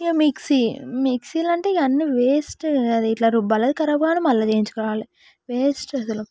ఇక మిక్సీ మిక్సీలో అంటే ఇగ అన్నీ వేస్ట్ అది ఇట్ల రుబ్బాలే ఖరాబ్ కావాలి అది మళ్ళీ చేయించుకొనిరావాలి వేస్ట్ అసలు